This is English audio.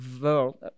world